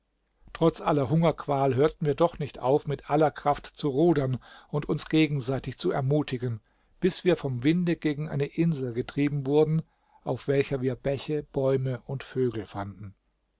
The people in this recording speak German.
trotz aller hungerqual hörten wir doch nicht auf mit aller kraft zu rudern und uns gegenseitig zu ermutigen bis wir vom winde gegen eine insel getrieben wurden auf welcher wir bäche bäume und vögel fanden